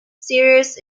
serious